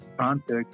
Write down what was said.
context